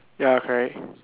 ya correct